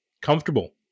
comfortable